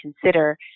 consider